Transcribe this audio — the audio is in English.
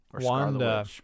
Wanda